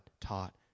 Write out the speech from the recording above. taught